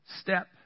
step